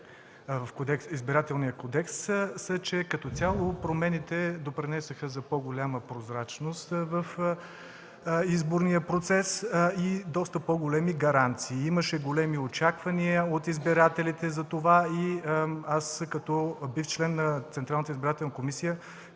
в Изборния кодекс е, че като цяло промените допринесоха за по голяма прозрачност в изборния процес и доста по-големи гаранции. Имаше големи очаквания от избирателите за това и аз, като бивш член на Централната избирателна комисия,